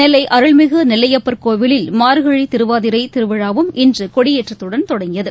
நெல்லை அருள்மிகு நெல்லையப்பா் கோவிலில் மாா்கழி திருவாதிரை திருவிழா வும் இன்று கொடியேற்றத்துடன் தொடங்கியகு